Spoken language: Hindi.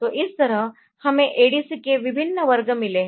तो इस तरह हमें ADC के विभिन्न वर्ग मिले है